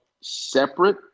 separate